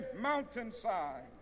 mountainside